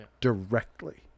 directly